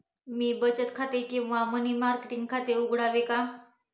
मी बचत खाते किंवा मनी मार्केट खाते उघडावे का?